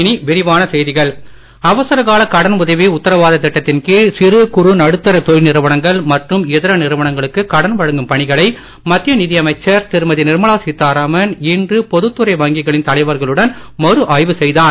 இனி விரிவான செய்திகள் நிர்மலா அவசரகால கடன் உதவி உத்தரவாத திட்டத்தின் கீழ் சிறுகுறு நடுத்தர தொழில் நிறுவனங்கள் மற்றும் இதர நிறுவனங்களுக்கு கடன் வழங்கும் பணிகளை மத்திய நிதியமைச்சர் திருமதி நிர்மலா சீதாராமன் இன்று பொது துறை வங்கிகளின் தலைவர்களுடன் மறு ஆய்வு செய்தார்